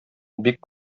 бик